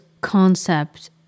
concept